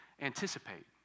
anticipate